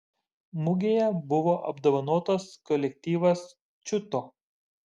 mugėje buvo apdovanotas kolektyvas čiūto